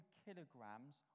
kilograms